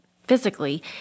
physically